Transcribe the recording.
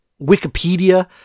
Wikipedia